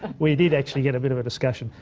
we did actually get a bit of a discussion.